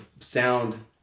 sound